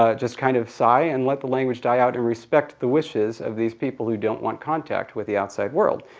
ah just kind of sigh and let the language die out and respect the wishes of these people who don't want contact with the outside world?